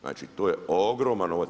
Znači to je ogroman novac.